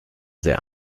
sehr